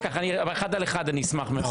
אבל אחר כך, אחד על אחד אני אשמח מאוד.